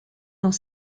dans